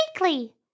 weekly